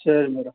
ಸರಿ ಮೇಡಮ್